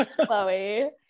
Chloe